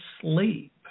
sleep